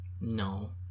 No